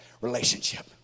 relationship